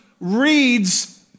reads